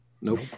Nope